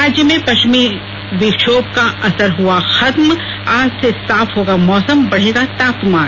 राज्य में पश्चिमी विक्षोभ का असर हुआ खत्म आज से साफ होगा मौसम बढ़ेगा तापमान